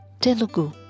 Telugu